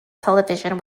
television